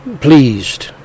pleased